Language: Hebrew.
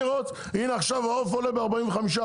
הנה עכשיו העוף עולה ב-45%,